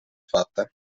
fate